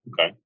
okay